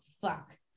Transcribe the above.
Fuck